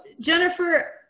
Jennifer